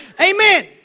Amen